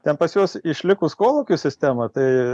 ten pas juos išlikus kolūkių sistema tai